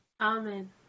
Amen